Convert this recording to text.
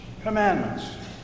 commandments